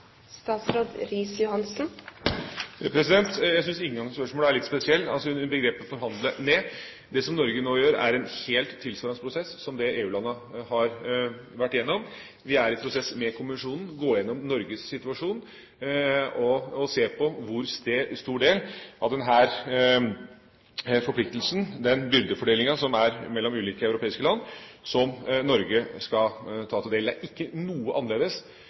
Jeg syns inngangsspørsmålet er litt spesielt, altså begrepet «forhandle ned». Det som Norge nå gjør, er en helt tilsvarende prosess som den EU-landene har vært gjennom. Vi er i en prosess med kommisjonen, vi går gjennom Norges situasjon og ser på hvor stor del av denne forpliktelsen, den byrdefordelinga, som er mellom ulike europeiske land, Norge skal ta. Det er ikke noe annerledes